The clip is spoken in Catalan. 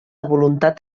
voluntat